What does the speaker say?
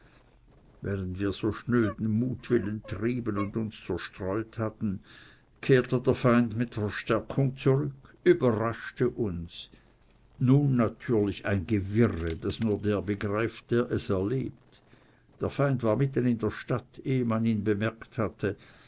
während wir so schnöden mutwillen trieben und uns zerstreut hatten kehrte der feind mit verstärkung zurück überraschte uns nun natürlich ein gewirre das nur der begreift der es erlebt der feind war mitten in der stadt ehe man ihn bemerkt hatte